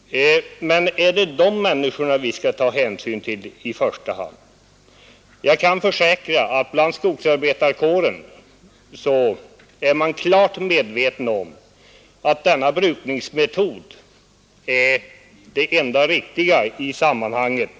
Men är det de människorna vi skall ta hänsyn till i första hand? Jag kan försäkra att man inom skogsarbetarkåren är klart medveten om att denna brukningsmetod är den enda riktiga i detta sammanhang.